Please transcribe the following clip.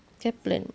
Kaplan